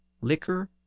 liquor